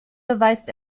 beweist